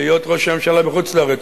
בהיות ראש הממשלה בחוץ-לארץ,